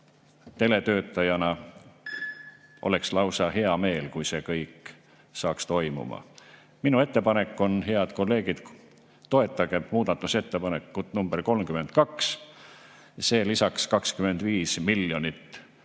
teletöötajana oleks mul väga hea meel, kui see kõik saaks toimuma. Minu ettepanek on, head kolleegid, toetage muudatusettepanekut nr 32. See lisaks 25 miljonit